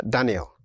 Daniel